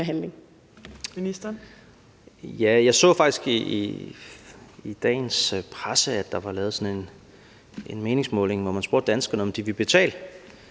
faktisk i dagens presse, at der var lavet en meningsmåling, hvor man spurgte danskerne, om de vil betale,